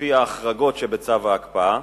על-פי ההחרגות שבצו ההקפאה,